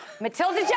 Matilda